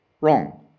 Wrong